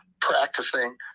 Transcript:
practicing